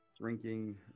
drinking